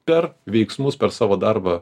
per veiksmus per savo darbą